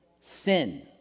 sin